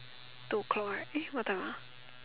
two o'clock right eh what time ah